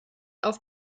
auf